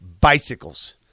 Bicycles